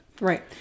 Right